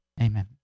Amen